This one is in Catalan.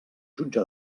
jutge